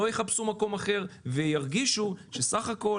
לא יחפשו מקום אחר וירגישו שסך הכול